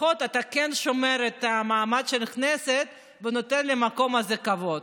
לפחות אתה כן שומר על מעמד הכנסת ונותן למקום הזה כבוד.